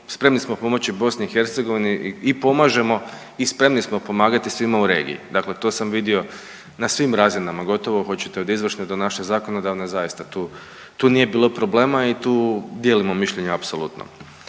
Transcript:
Spremni smo pomoći BiH i pomažemo i spremni smo pomagati svima u regiji. Dakle, to sam vidio na svim razinama gotovo hoćete od izvršne do naše zakonodavne zaista tu nije bilo problema i tu dijelimo mišljenje apsolutno.